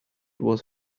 was